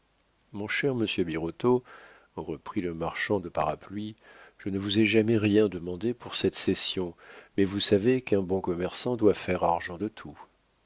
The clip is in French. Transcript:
mon cher monsieur birotteau reprit le marchand de parapluies je ne vous ai jamais rien demandé pour cette cession mais vous savez qu'un bon commerçant doit faire argent de tout